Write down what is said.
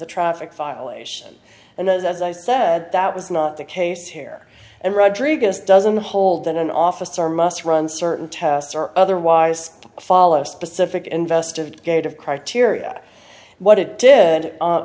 the traffic violation and as i said that was not the case here and rodriguez doesn't hold that an officer must run certain tests or otherwise follow specific investigative criteria what it did